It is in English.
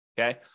Okay